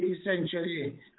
essentially